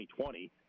2020